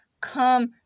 Come